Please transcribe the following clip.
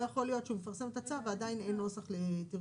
לא יכול להיות שהוא מפרסם את הצו ועדיין אין נוסח בעברית.